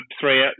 three